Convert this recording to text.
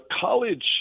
college